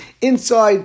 inside